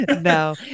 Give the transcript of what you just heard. No